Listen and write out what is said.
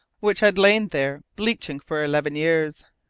which had lain there bleaching for eleven years!